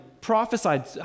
prophesied